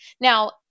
Now